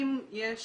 אם יש